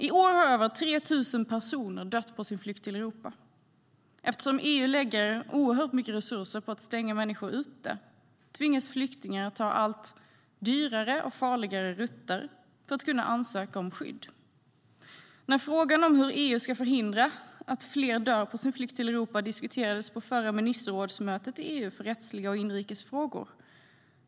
I år har över 3 000 personer dött på sin flykt till Europa. Eftersom EU lägger oerhört mycket resurser på att stänga människor ute tvingas flyktingar ta allt dyrare och farligare rutter för att kunna ansöka om skydd. Frågan om hur EU ska förhindra att fler dör på sin flykt till Europa diskuterades på förra ministerrådsmötet i EU för rättsliga och inrikes frågor.